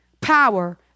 power